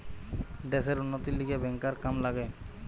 দ্যাশের উন্নতির লিগে ব্যাংকার কাম লাগে